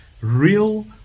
Real